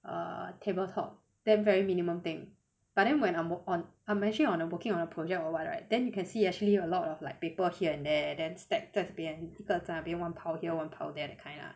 uh table top damn very minimum thing but then when I'm work~ on I'm actually on a working on a project or what right then you can see actually a lot of like paper here and there then stack 在这边这个在那边 one pile here one pile there that kind ah